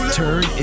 turn